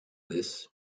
this